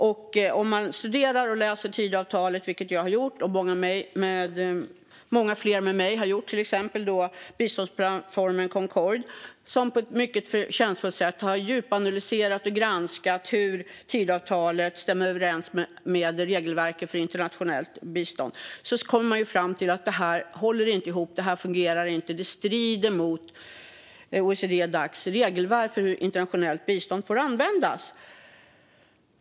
Jag och många fler med mig har studerat och läst Tidöavtalet. Bland annat har biståndsplattformen Concord på ett mycket förtjänstfullt sätt djupanalyserat och granskat hur Tidöavtalet stämmer överens med regelverket för internationellt bistånd. Om man läser och studerar Tidöavtalet på detta sätt kommer man fram till att det inte håller ihop. Det fungerar inte. Det strider mot OECD-Dacs regelverk för hur internationellt bistånd får användas.